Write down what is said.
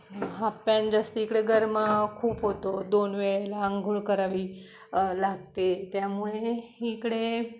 half pant जास्त इकडे गरमा खूप होतो दोन वेळेला आंघोळ करावी लागते त्यामुळेही इकडे